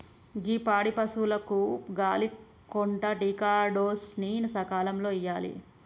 గీ పాడి పసువులకు గాలి కొంటా టికాడోస్ ని సకాలంలో ఇయ్యాలి